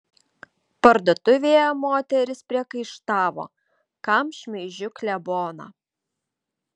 parduotuvėje moterys priekaištavo kam šmeižiu kleboną